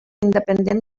independent